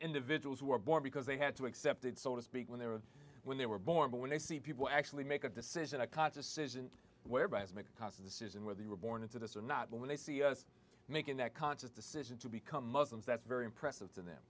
individuals who are born because they had to accept it so to speak when they were when they were born but when they see people actually make a decision a conscious decision whereby is make a conscious decision where they were born into this or not when they see us making that conscious decision to become muslims that's very impressive to them